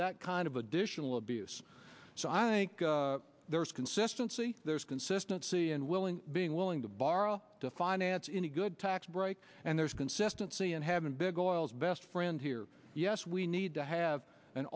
that kind of additional abuse so i think there's consistency there is consistency and willing being willing to borrow to finance in a good tax break and there's consistency in having big oil's best friend here yes we need to have an